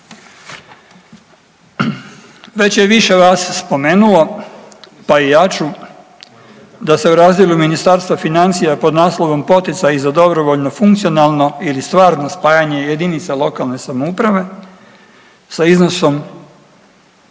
Već je više vas spomenulo, pa i ja ću da se u razdjelu Ministarstva financija pod naslovom Poticaji za dobrovoljno funkcionalno ili stvarno spajanje JLS sa iznosom